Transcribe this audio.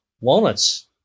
Walnuts